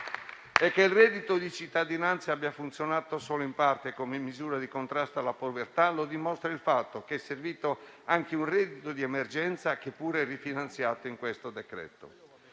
Che il reddito di cittadinanza abbia funzionato solo in parte come misura di contrasto alla povertà lo dimostra il fatto che è servito anche un reddito di emergenza, che è pure rifinanziato in questo decreto.